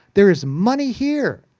there is money here.